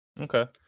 Okay